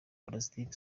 plastic